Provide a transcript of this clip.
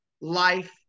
life